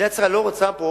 ומדינת ישראל לא רוצה פה